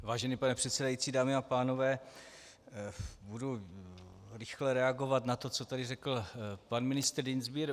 Vážený pane předsedající, dámy a pánové, budu rychle reagovat na to, co tady řekl pan ministr Dientsbier.